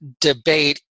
debate